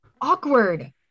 awkward